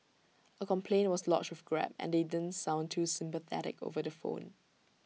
A complaint was lodged with grab and they didn't sound too sympathetic over the phone